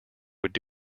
would